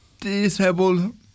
disabled